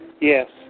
Yes